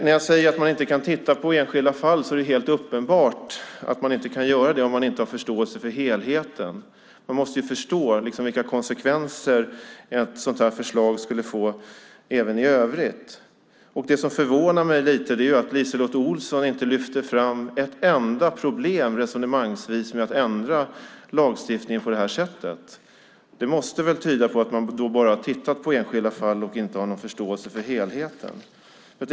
När jag säger att man inte kan titta på enskilda fall är det helt uppenbart att man inte kan göra det om man inte har förståelse för helheten. Man måste ju förstå vilka konsekvenser ett sådant förslag skulle få även i övrigt. Det som förvånar mig lite är att LiseLotte Olsson inte lyfter fram ett enda problem, resonemangsvis, med att ändra lagstiftningen på det här sättet. Det måste väl tyda på att man då bara tittar på enskilda fall och inte har någon förståelse för helheten.